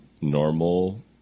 normal –